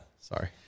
Sorry